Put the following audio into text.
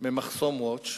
מ"מחסום Watch"